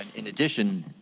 in addition,